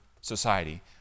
society